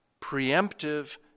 preemptive